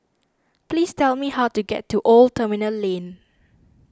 please tell me how to get to Old Terminal Lane